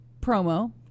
promo